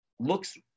Looks